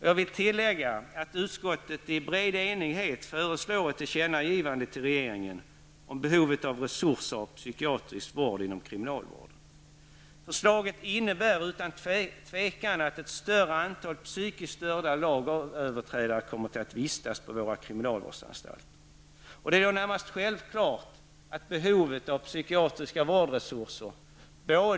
Jag vill tillägga att utskottet i bred enighet föreslår ett tillkännagivande till regeringen om behovet av resurser till psykiatrisk vård inom kriminalvården. Förslaget innebär utan tvivel att ett större antal psykiskt störda lagöverträdare kommer att vistas på våra kriminalvårdsanstalter. Det är närmast självklart att behovet av psykiatriska vårdresurser ökar.